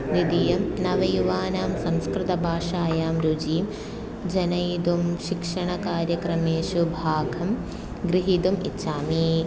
द्वितीयं नवयुवानां संस्कृतभाषायां रुचिः जनयितुं शिक्षणकार्यक्रमेषु भागं गृहीतुम् इच्छामि